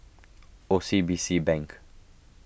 O C B C Bank